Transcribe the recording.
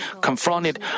confronted